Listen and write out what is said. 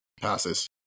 passes